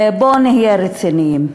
בואו נהיה רציניים.